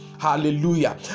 Hallelujah